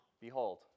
Behold